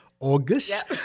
August